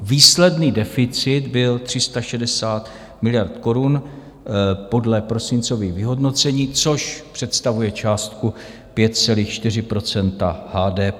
Výsledný deficit byl 360 miliard korun podle prosincových vyhodnocení, což představuje částku 5,4 % HDP.